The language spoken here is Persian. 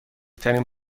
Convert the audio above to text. ترین